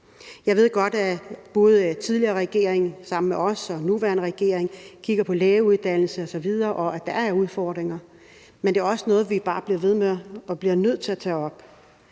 Jeg ved godt, at både den tidligere regering sammen med os og den nuværende regering kigger på lægeuddannelsen osv. og på, at der er udfordringer, men det er også noget, vi bare bliver nødt til at blive ved med at tage op.